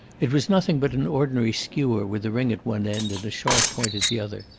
it was nothing but an ordinary skewer with a ring at one end and a sharp point at the other,